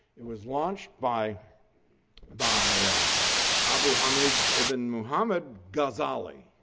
it was launched by by abu hamid ibn muhammad ghazali,